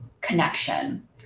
connection